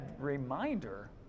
reminder